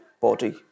body